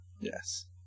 Yes